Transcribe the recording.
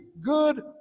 good